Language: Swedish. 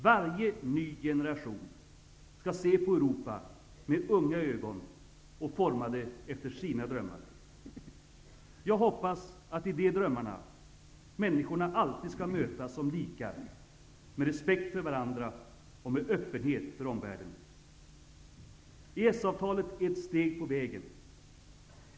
Varje ny generation skall se på Europa med unga ögon och forma det efter sina drömmar. Jag hoppas att i de drömmarna människorna alltid skall mötas som likar med respekt för varandra och med öppenhet för omvärlden. EES-avtalet är ett steg på vägen.